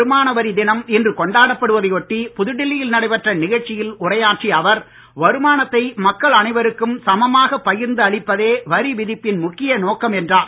வருமான வரி தினம் இன்று கொண்டாடப்படுவதை ஒட்டி புதுடெல்லியில் நடைபெற்ற நிகழ்ச்சியில் உரையாற்றிய அவர் வருமானத்தை மக்கள் அனைவருக்கும் சமமாகப் பகிர்ந்து அளிப்பதே வரிவிதிப்பின் முக்கிய நோக்கம் என்றார்